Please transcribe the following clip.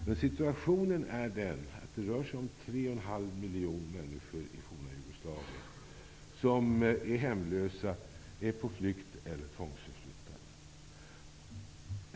Men situationen är den att det rör sig om tre och en halv miljon människor i det forna Jugoslavien som är hemlösa, på flykt eller tvångsförflyttade.